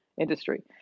industry